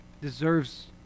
deserves